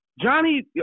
Johnny